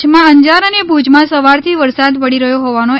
કચ્છમાં અંજાર અને ભુજમાં સવારથી વરસાદ પડી રહ્યો હોવાના અહેવાલ છે